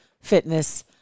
fitness